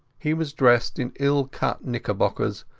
he was dressed in ill-cut knickerbockers,